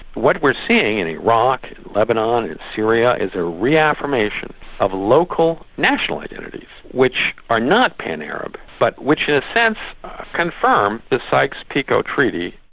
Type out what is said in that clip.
what we're seeing in iraq, lebanon and syria, is a reaffirmation of local national identities which are not pan-arab but which in a sense confirm the sykes-picot treaty.